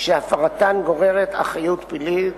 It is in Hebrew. שהפרתן גוררת אחריות פלילית,